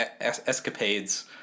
escapades